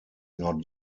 not